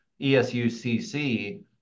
ESUCC